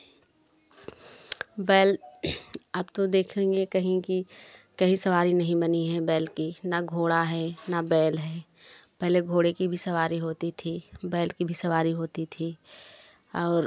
बैल आप तो देखेंगे कहेंगे कि कहीं सवारी नहीं बनी है बैल की न घोड़ा है नाबैल है पहले घोड़े की भी सवारी होती थी बैल की भी सवारी होती थी और